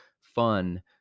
fun